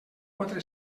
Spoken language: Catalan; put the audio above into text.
quatre